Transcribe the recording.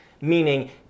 meaning